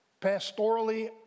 Pastorally